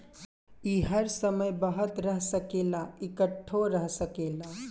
ई हर समय बहत रह सकेला, इकट्ठो रह सकेला